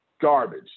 garbage